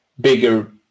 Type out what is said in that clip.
bigger